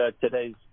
today's